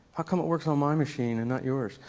how come it works on my machine and not yours?